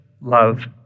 love